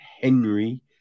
Henry